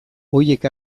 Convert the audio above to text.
horiek